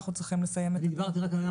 אנחנו צריכים לסיים את הדיון.